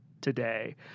today